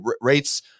Rates